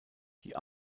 die